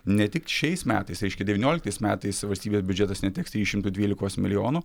ne tik šiais metais reiškia devynioliktais metais valstybės biudžetas neteks trijų šimtų dvylikos milijonų